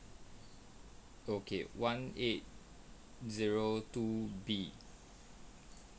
okay one eight zero two B